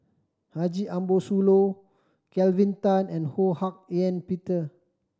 Haji Ambo Sooloh Kelvin Tan and Ho Hak Ean Peter